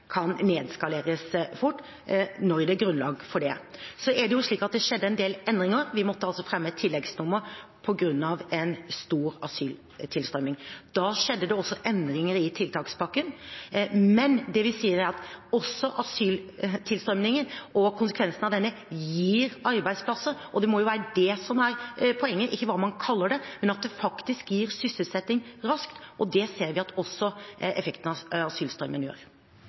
nedskaleres fort når det er grunnlag for det. Så er det jo slik at det skjedde en del endringer. Vi måtte altså fremme et tilleggsnummer på grunn av en stor asyltilstrømning. Da skjedde det også endringer i tiltakspakken. Men det vi sier, er at også asyltilstrømningen og konsekvensen av denne gir arbeidsplasser. Det må jo være det som poenget, ikke hva man kaller det, men at det faktisk gir sysselsetting raskt, og det ser vi at også effekten av asylstrømmen gjør.